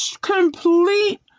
complete